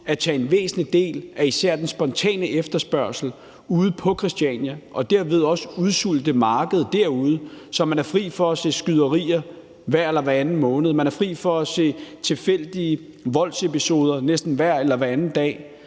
at fjerne en væsentlig del af især den spontane efterspørgsel ude på Christiania og derved også udsulte markedet derude, så man er fri for at se skyderier hver eller hver anden måned, fri for at se tilfældige voldsepisoder næsten hver eller hver anden dag,